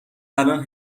الان